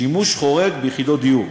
שימוש חורג ביחידות דיור: